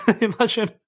imagine